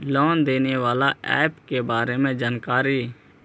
Loan देने बाला app के बारे मे जानकारी?